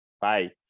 Bye